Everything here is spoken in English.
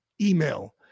email